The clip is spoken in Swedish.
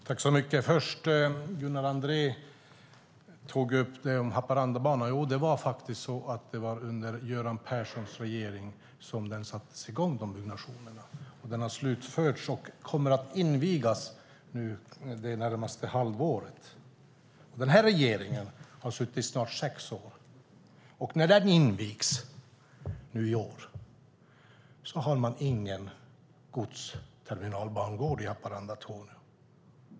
Herr talman! Gunnar Andrén tog upp Haparandabanan. Ja, det var under Göran Perssons regering som de byggnationerna sattes i gång. De har nu slutförts och banan kommer att invigas under det närmaste halvåret. Den nuvarande regeringen har suttit i snart sex år, och när Haparandabanan invigs i år finns det ingen godsterminalbangård i Haparanda-Torneå.